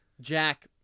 Jack